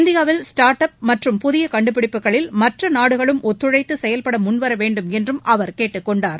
இந்தியாவில் start up மற்றும் புதிய கண்டுபிடிப்புகளில் மற்ற நாடுகளும் ஒத்துழைத்து செயல்பட முன்வர வேண்டும் என்றும் அவர் கேட்டுக்கொண்டார்